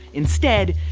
instead,